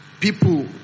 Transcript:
People